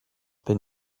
been